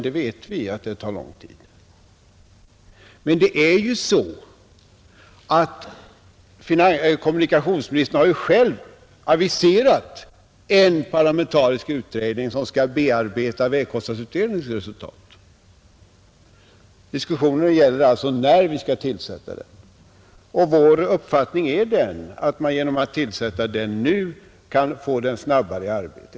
Det vet vi att den gör, men kommunikationsministern har ju själv aviserat en parlamentarisk utredning, som skall bearbeta vägkostnadsutredningens resultat. Diskussionen gäller alltså när utredningen skall tillsättas, och vår uppfattning är att man genom att tillsätta den nu kan få den snabbare i arbete.